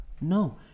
No